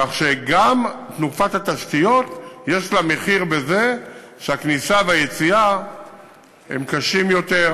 כך שגם תנופת התשתיות יש לה מחיר בזה שהכניסה והיציאה קשות יותר,